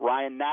Ryan